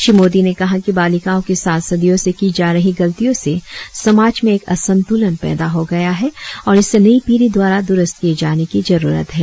श्री मोदी ने कहा कि बालिकाओं के साथ सदियों से की जा रही गलतियाँ से समाज में एक असंतुलन पैदा हो गया है और इसे नई पीढ़ी द्वारा द्ररस्त किये जाने की जरुरत है